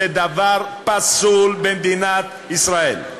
זה דבר פסול במדינת ישראל.